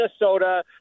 Minnesota